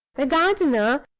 the gardener,